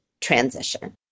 transition